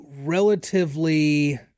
relatively